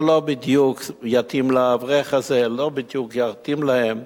זה לא בדיוק יתאים לאברך הזה, לא בדיוק יתאים להם.